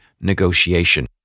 negotiation